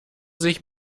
sich